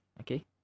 Okay